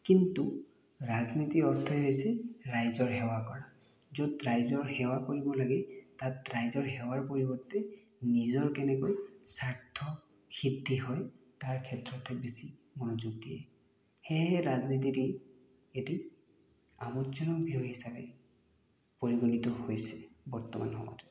কিন্তু ৰাজনীতিৰ অৰ্থই হৈছে ৰাইজৰ সেৱা কৰা য'ত ৰাইজৰ সেৱা কৰিব লাগে তাত ৰাইজৰ সেৱাৰ পৰিৱৰ্তে নিজৰ কেনেকৈ স্বাৰ্থ সিদ্ধি হয় তাৰ ক্ষেত্ৰতহে বেছি মনোযোগ দিয়ে সেয়েহে ৰাজনীতি এটি আমোদজনক বিষয় হিচাপে পৰিগণিত হৈছে বৰ্তমান সমাজত